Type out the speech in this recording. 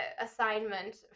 assignment